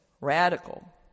Radical